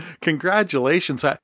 Congratulations